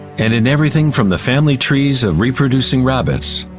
and in everything from the family trees of reproducing rabbits,